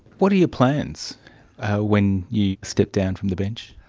what are your plans when you step down from the bench?